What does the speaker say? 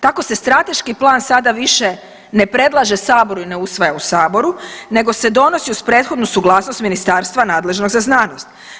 Tako se strateški plan sada više ne predlaže saboru i ne usvaja u saboru nego se donosi uz prethodnu suglasnost ministarstva nadležnog za znanost.